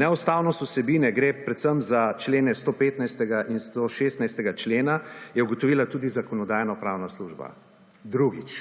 Neustavnost vsebine – gre predvsem za člena 115 in 116 – je ugotovila tudi Zakonodajno-pravna služba, drugič,